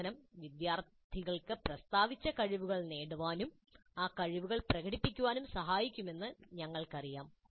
പ്രബോധനം വിദ്യാർത്ഥികൾക്ക് പ്രസ്താവിച്ച കഴിവുകൾ നേടാനും ആ കഴിവുകൾ പ്രകടിപ്പിക്കാനും സഹായിക്കുമെന്ന് ഞങ്ങൾക്കറിയാം